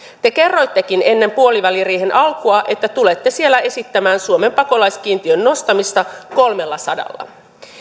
te kerroittekin ennen puoliväliriihen alkua että tulette siellä esittämään suomen pakolaiskiintiön nostamista kolmellasadalla